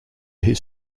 his